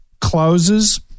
closes